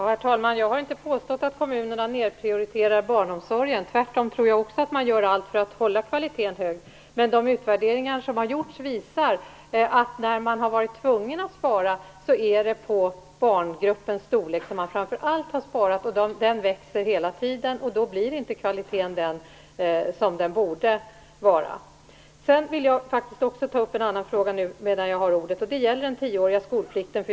Herr talman! Jag har inte påstått att kommunerna nedprioriterar barnomsorgen. Tvärtom tror jag också att man gör allt för att hålla kvaliteten hög. Men de utvärderingar som har gjorts visar att när man har varit tvungen att spara är det på barngruppens storlek som man framför allt har sparat, och den växer hela tiden. Då blir inte kvaliteten sådan som den borde vara. Jag vill också ta upp en annan fråga medan jag har ordet. Det gäller den tioåriga skolplikten.